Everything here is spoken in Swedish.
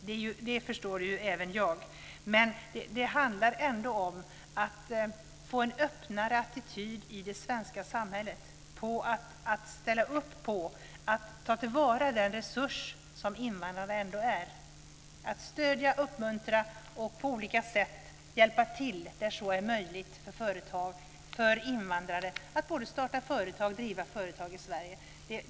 Det förstår även jag. Det handlar om att få en öppnare attityd i det svenska samhället, att ställa upp på att ta till vara den resurs som invandrare är, att stödja och uppmuntra och på olika sätt hjälpa till där så är möjligt för invandrare att både starta och driva företag i Sverige.